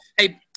Hey